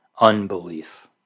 unbelief